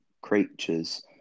creatures